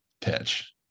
pitch